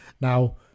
Now